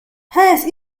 hence